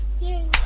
Yay